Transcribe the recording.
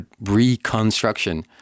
reconstruction